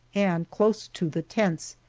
and close to, the tents,